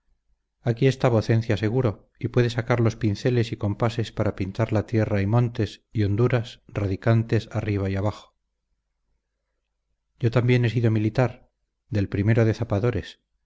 aquí está vocencia seguro y puede sacar los pinceles y compases para pintar la tierra y montes y honduras radicantes arriba y abajo yo también he sido militar del o de zapadores